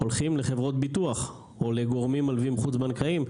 הולכים לחברות ביטוח או לגורמים מלווים חוץ בנקאיים.